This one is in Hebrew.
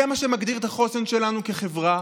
זה מה שמגדיר את החוסן שלנו כחברה.